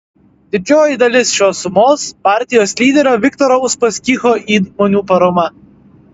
didžioji dalis šios sumos partijos lyderio viktoro uspaskicho įmonių parama